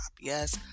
Yes